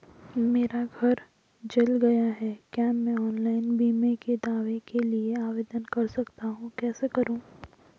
मेरा घर जल गया है क्या मैं ऑनलाइन बीमे के दावे के लिए आवेदन कर सकता हूँ कैसे करूँ?